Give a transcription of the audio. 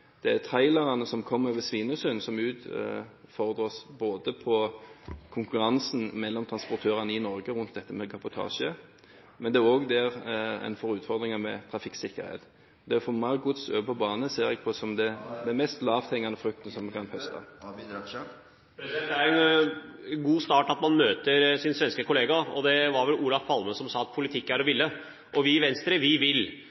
Det er trailerne som kommer over Svinesund som utfordrer oss på konkurransen mellom transportørene i Norge rundt dette med kabotasje, og det er også der en får utfordringer med trafikksikkerhet. Det å få mer gods over på bane ser jeg på som den mest lavthengende frukten vi kan plukke. Det er en god start at man møter sin svenske kollega. Det var vel Olof Palme som sa at politikk er å ville. Vi i Venstre, vi vil.